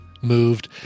moved